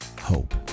hope